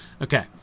Okay